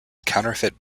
counterfeit